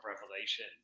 Revelation